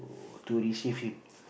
to receive him